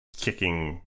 kicking